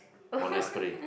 or nesplay